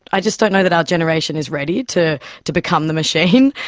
i just don't know that our generation is ready to to become the machine.